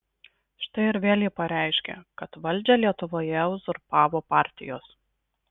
štai ir vėl ji pareiškė kad valdžią lietuvoje uzurpavo partijos